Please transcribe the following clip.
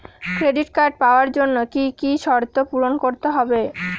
Credit card পাওয়ার জন্য কি কি শর্ত পূরণ করতে হবে?